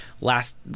last